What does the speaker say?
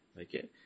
Okay